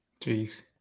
Jeez